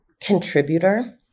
contributor